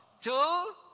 Two